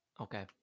Okay